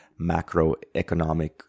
macroeconomic